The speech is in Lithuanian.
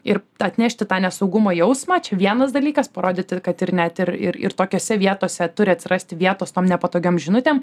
ir atnešti tą nesaugumo jausmą čia vienas dalykas parodyti kad ir net ir ir tokiose vietose turi atsirasti vietos tom nepatogiom žinutėm